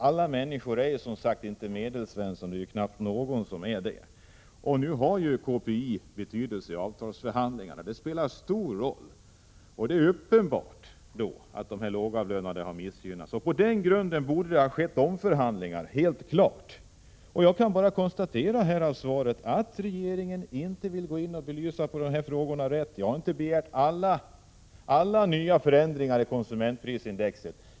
Alla människor är som sagt inte Medelsvensson — knappt någon är det — men KPI har stor betydelse och spelar en stor roll i avtalsförhandlingarna, och då är det uppenbart att de lågavlönade missgynnas, Av det skälet borde det ha blivit omförhandlingar. Det är helt klart. Jag kan av svaret bara konstatera att regeringen inte vill gå in och belysa dessa frågor. Jag har inte begärt att alla tänkbara förändringar av konsumentprisindex skall vidtas.